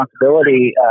responsibility